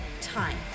time